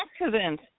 accident